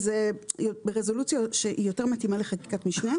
כי זה ברזולוציה שהיא יותר מתאימה לחקיקת משנה,